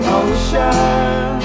ocean